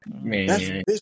Man